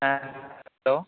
হ্যাঁ হ্যালো